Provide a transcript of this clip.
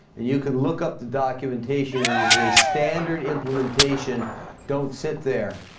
and you can look up the documentation it is a standard implementation don't sit there